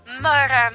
murder